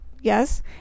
yes